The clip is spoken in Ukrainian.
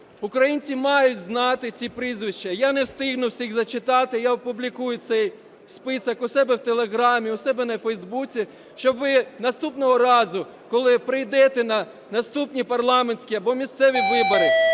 Українці мають знати ці прізвища. Я не встигну всіх зачитати. Я опублікую цей список у себе в телеграм, у себе на фейсбуці, щоб ви наступного разу, коли прийдете на наступні парламентські або місцеві вибори,